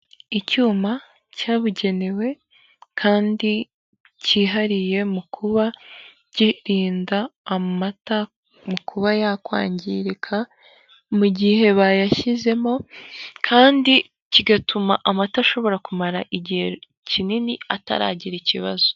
Icyuma cyabugenewe kandi cyihariye mu kuba kirinda amata mu kuba yakwangirika mu gihe bayashyizemo kandi kigatuma amata ashobora kumara igihe kinini ataragira ikibazo.